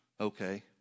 okay